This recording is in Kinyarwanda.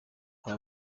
aba